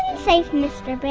and safe mr. but